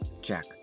Jack